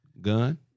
Gun